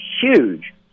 huge